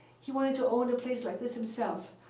he wanted to own a place like this himself.